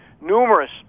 numerous